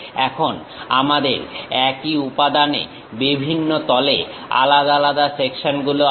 এখন আমাদের একই উপাদানে বিভিন্ন তলে আলাদা আলাদা সেকশন গুলো আছে